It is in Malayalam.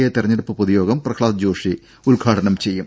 എ തെരഞ്ഞെടുപ്പ് പൊതുയോഗം പ്രഹ്ലാദ് ജോഷി ഉദ്ഘാടനം ചെയ്യും